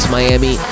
Miami